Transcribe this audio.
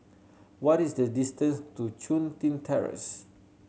what is the distance to Chun Tin Terrace